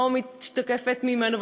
לא משתקפת ממנו,